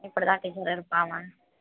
இப்படி தான் டீச்சர் இருப்பான் அவன்